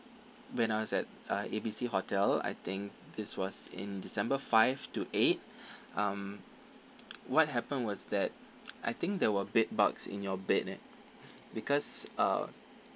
when I was at uh A B C hotel I think this was in december five to eight um what happened was that I think there were bedbugs in your bed eh because uh